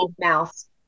Mouse